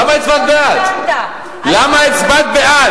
מיכאל איתן, היא הצביעה בעד,